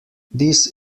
this